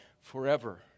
forever